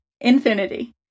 infinity